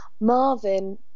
Marvin